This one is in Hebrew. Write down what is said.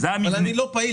אני אלך רברס.